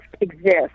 exist